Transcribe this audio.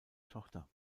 tochter